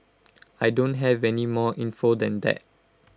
I don't have any more info than that